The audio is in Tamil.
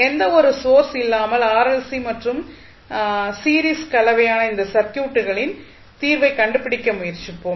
எந்த ஒரு சோர்ஸ் இல்லாமல் ஆர் எல் மற்றும் சி சீரிஸ் கலவையான அந்த சர்க்யூட்களின் தீர்வைக் கண்டுபிடிக்க முயற்சிப்போம்